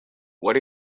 what